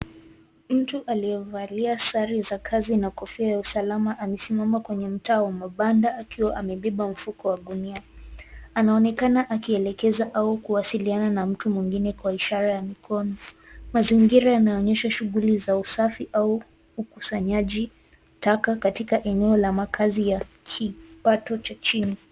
Mtu aliyevalia sare za kazi na kofia ya usalama alisimama kwenye mtaa wa mabanda akiwa amebeba mfuko wa gunia. Anaonekana akielekeza au kuwasiliana na mtu mwingine kwa ishara ya mkono. Mazingira yanaonyesha shughuli za usafi au ukusanyaji wa taka katika makazi ya kipato cha chini.